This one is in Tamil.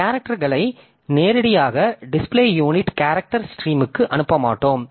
கேரக்டர்க்களை நேரடியாக டிஸ்பிலே யூநிட் கேரக்டர் ஸ்ட்ரீமுக்கு அனுப்ப மாட்டோம்